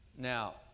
Now